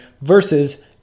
versus